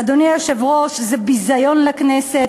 אדוני היושב-ראש, זה ביזיון לכנסת.